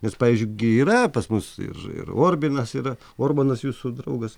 nes pavyzdžiui gi yra pas mus ir ir orbinas yra orbanas jūsų draugas